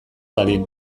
dadin